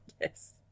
Yes